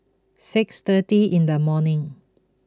six thirty in the morning